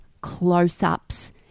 close-ups